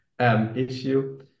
issue